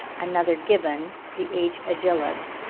another gibbon, the h. agilis,